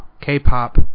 K-pop